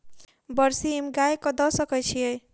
बरसीम गाय कऽ दऽ सकय छीयै?